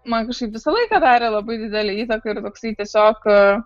man kažkaip visą laiką darė labai didelę įtaką yra toksai tiesiog